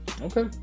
okay